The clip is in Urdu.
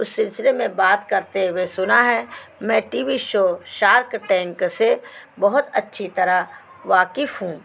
اس سلسلے میں بات کرتے ہوئے سنا ہے میں T V show Shark Tank سے بہت اچھی طرح واقف ہوں